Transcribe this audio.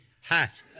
hat